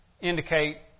indicate